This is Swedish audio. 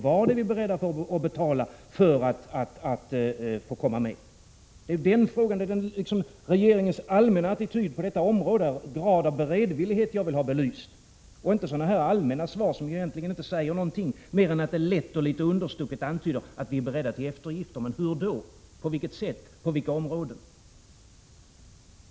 Vad är vi beredda att betala för att få komma med i Europeiska gemenskapen? Det är regeringens allmänna attityd på detta område och grad av beredvillighet jag vill ha belyst — inte sådana här allmänna svar som egentligen inte säger någonting mer än att de lätt och litet understucket antyder att vi är beredda till eftergifter. Men hur då, på vilket sätt och på vilka områden?